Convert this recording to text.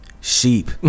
sheep